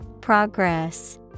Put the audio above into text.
Progress